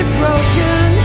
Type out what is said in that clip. broken